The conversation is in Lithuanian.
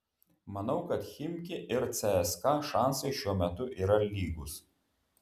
manau kad chimki ir cska šansai šiuo metu yra lygūs